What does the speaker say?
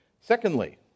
Secondly